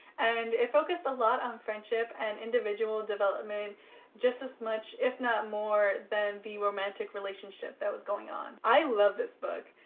and it focused a lot on friendship and individual development just as much if not more than the romantic relationship that was going on. i love this book,